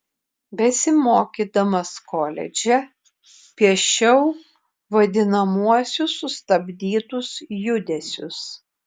besimokydamas koledže piešiau vadinamuosius sustabdytus judesius